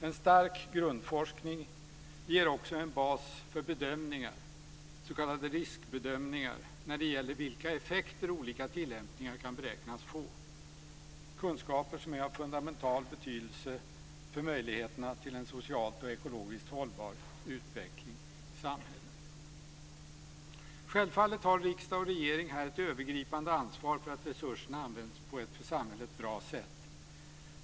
En stark grundforskning ger också en bas för bedömningar, s.k. riskbedömningar, när det gäller vilka effekter olika tillämpningar kan beräknas få, kunskaper som är av fundamental betydelse för möjligheterna till en socialt och ekologiskt hållbar utveckling av samhället. Självfallet har riksdag och regering här ett övergripande ansvar för att resurserna används på ett för samhället bra sätt.